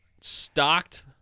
stocked